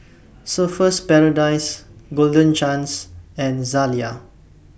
Surfer's Paradise Golden Chance and Zalia